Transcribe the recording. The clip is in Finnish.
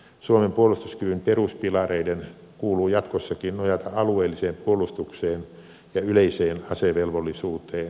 suomen puolustuskyvyn peruspilareiden kuuluu jatkossakin nojata alueelliseen puolustukseen ja yleiseen asevelvollisuuteen